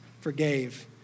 forgave